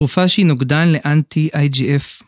תרופה שהיא נוגדן לאנטי IGF.